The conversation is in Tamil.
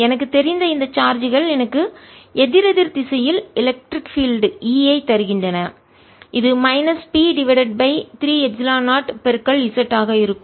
எனக்குத் தெரிந்த இந்த சார்ஜ்கள் எனக்கு எதிரெதிர் திசையில் எலக்ட்ரிக் பீல்ட் E ஐ தருகின்றன இது minus P divided by 3 epsilon 0 பெருக்கல் z ஆக இருக்கும்